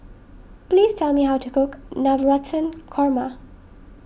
please tell me how to cook Navratan Korma